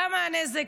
למה הנזק?